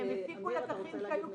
הם הפיקו לקחים שהיו כשלים,